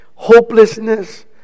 hopelessness